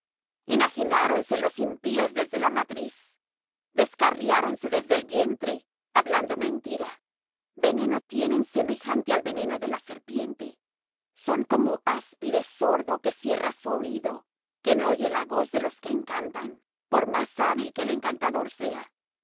tierra enajenáronse los impíos desde la matriz descarriáronse desde el vientre hablando mentira veneno tienen semejante al veneno de la serpiente son como áspide sordo que cierra su oído que no oye la voz de los que encantan por más hábil que el encantador sea